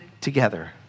together